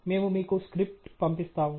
మేము మీకు స్క్రిప్ట్ పంపిస్తాము